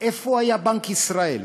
איפה היה בנק ישראל?